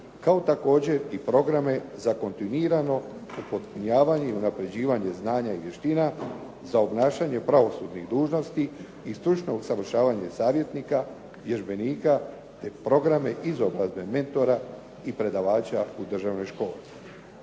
kao također i programe za kontinuirano upotpunjavanje i unapređivanje znanja i vještina za obnašanje pravosudnih dužnosti i stručno usavršavanje savjetnika, vježbenika, te programe izobrazbe mentora i predavača u državnoj školi.